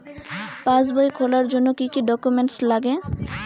পাসবই খোলার জন্য কি কি ডকুমেন্টস লাগে?